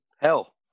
Hell